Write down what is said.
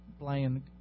playing